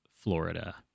Florida